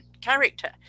character